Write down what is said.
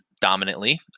dominantly